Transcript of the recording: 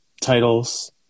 titles